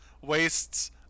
Wastes